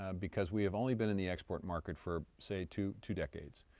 ah because we have only been in the export market for say two two decades,